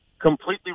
completely